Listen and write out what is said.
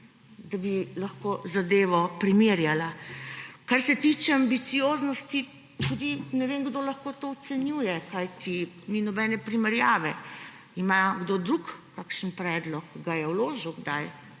da bi lahko zadevo primerjala. Kar se tiče ambicioznosti. Ne vem, kdo lahko to ocenjuje, kajti ni nobene primerjave. Ima kdo drug kakšen predlog, ga je vložil kdaj?